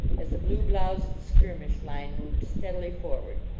as the blue bloused skirmish line moved steadily forward,